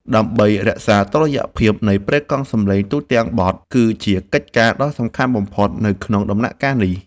ការរក្សាតុល្យភាពនៃប្រេកង់សំឡេងទូទាំងបទគឺជាកិច្ចការដ៏សំខាន់បំផុតនៅក្នុងដំណាក់កាលនេះ។